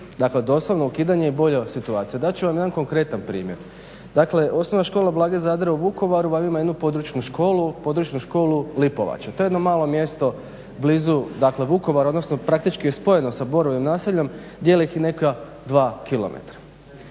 dakle doslovno ukidanje i bolja situacija. Dat ću vam jedan konkretan primjer. Osnovna škola Blage Zadra u Vukovaru valjda ima jednu područnu školu Lipovača. To je jedno malo mjesto blizu Vukovara, odnosno praktički je spojeno s Borovim naseljem, dijele ih neka dva kilometara.